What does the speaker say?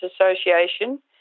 Association